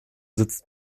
sitzt